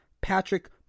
Patrick